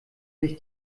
sich